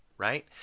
Right